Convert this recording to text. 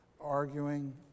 Arguing